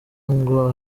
ngo